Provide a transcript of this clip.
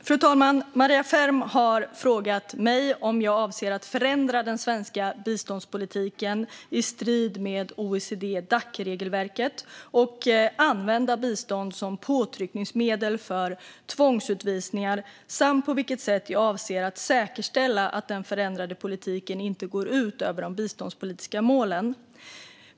Fru talman! Maria Ferm har frågat mig om jag avser att förändra den svenska biståndspolitiken i strid med OECD-Dac-regelverket och använda bistånd som påtryckningsmedel för tvångsutvisningar samt på vilket sätt jag avser att säkerställa att den förändrade politiken inte går ut över de biståndspolitiska målen.